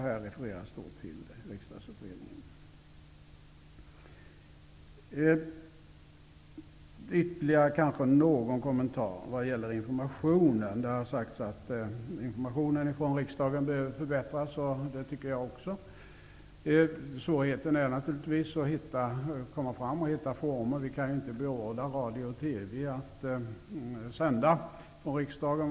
Här refereras då till Jag vill göra ytterligare någon kommentar vad gäller informationen. Det har sagts att informationen från riksdagen bör förbättras, och det tycker också jag. Svårigheten är naturligtvis att hitta nya former. Vi kan inte beordra radio och TV att sända från riksdagen.